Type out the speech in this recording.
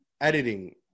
editing